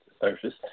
surface